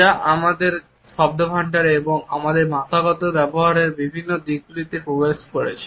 যা আমাদের শব্দভান্ডারে এবং আমাদের ভাষাগত ব্যবহারের বিভিন্ন দিকগুলিতে প্রবেশ করেছে